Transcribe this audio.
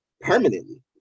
permanently